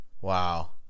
Wow